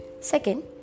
Second